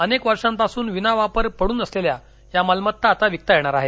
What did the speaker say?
अनेक वर्षांपासून विनावापर पडून असलेल्या या मालमत्तां आता विकता येणार आहेत